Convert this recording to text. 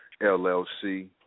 LLC